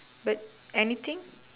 but anything